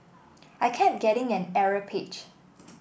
I kept getting an error page